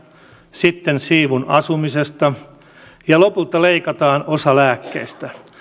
sitten siivun asumisesta ja lopulta leikataan osa lääkkeistä